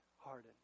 hardened